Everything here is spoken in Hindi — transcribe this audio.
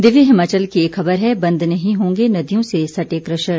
दिव्य हिमाचल की एक खबर है बंद नहीं होंगे नदियों से सटे कशर